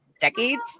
decades